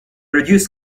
reduced